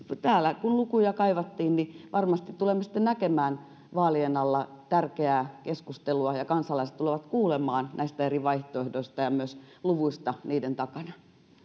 täällä kun lukuja kaivattiin niin varmasti tulemme sitten näkemään vaalien alla tärkeää keskustelua ja kansalaiset tulevat kuulemaan näistä eri vaihtoehdoista ja myös luvuista niiden takana